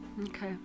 Okay